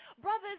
Brothers